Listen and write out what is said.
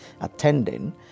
attending